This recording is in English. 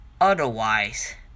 Otherwise